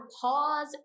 pause